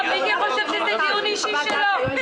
לא, מיקי חושב שזה דיון אישי שלו.